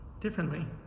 differently